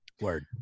Word